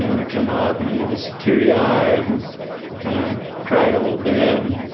yeah he came up, and he was teary-eyed and kind of cried a little bit.